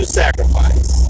sacrifice